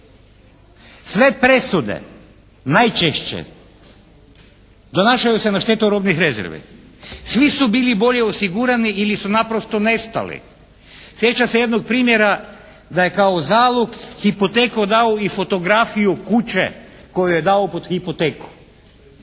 Sve presude najčešće donašaju se na štetu robnih rezervi. Svi su bili bolje osigurani ili su naprosto nestali. Sjećam se jednog primjera da je kao zalog hipoteku dao i fotografiju kuće koju je dao pod hipoteku.